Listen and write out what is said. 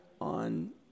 on